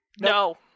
No